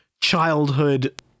childhood